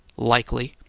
likely!